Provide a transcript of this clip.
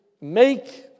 make